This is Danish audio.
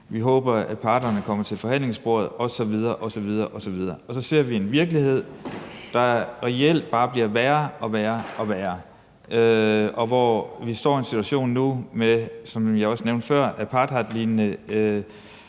vi håber, at parterne kommer til forhandlingsbordet osv. osv. Og så ser vi en virkelighed, der reelt bare bliver værre og værre. Vi står nu i en situation, som jeg også nævnte før, med en apartheidlignende